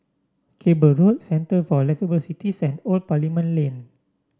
Cable Road Centre for Liveable Cities and Old Parliament Lane